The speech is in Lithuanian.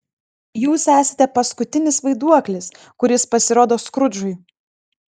jūs esate paskutinis vaiduoklis kuris pasirodo skrudžui